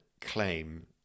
claim